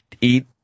eat